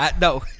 No